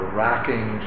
racking